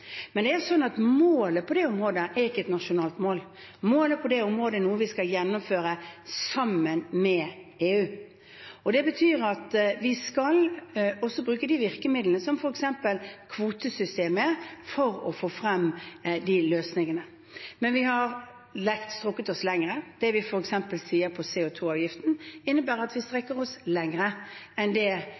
Men målet på det området er ikke et nasjonalt mål. Målet på det området er noe vi skal gjennomføre sammen med EU. Det betyr at vi også skal bruke de virkemidlene, som f.eks. kvotesystemet, for å få frem de løsningene, men vi har strukket oss lenger. Det vi f.eks. sier når det gjelder CO 2 -avgiften, innebærer at vi strekker oss lenger, også for konkurranseutsatt sektor, enn det